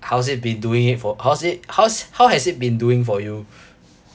how's it been doing it for how's it how's how has it been doing for you